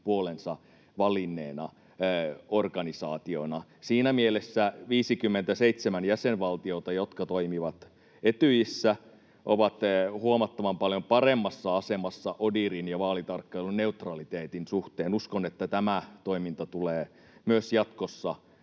puolensa valinneena organisaationa. Siinä mielessä 57 jäsenvaltiota, jotka toimivat Etyjissä, ovat huomattavan paljon paremmassa asemassa ODIHRin ja vaalitarkkailun neutraliteetin suhteen. Uskon, että tämä toiminta tulee myös jatkossa